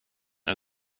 are